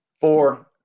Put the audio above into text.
Four